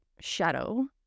shadow